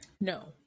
no